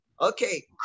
okay